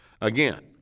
Again